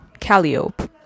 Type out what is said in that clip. Calliope